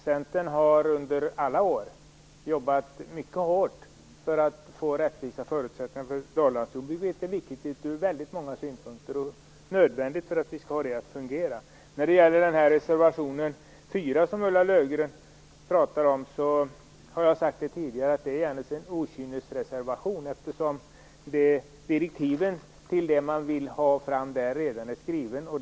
Centern har under alla år jobbat mycket hårt för att få rättvisa förutsättningar för Norrlandsjordbruket. Vi vet hur viktigt och nödvändigt det är ur väldigt många synpunkter för att det skall kunna fungera. Ulla Löfgren pratar om reservation 4. Jag har tidigare sagt att det är en okynnesreservation. Direktiven till det man vill ha fram i reservationen är nämligen redan skrivna.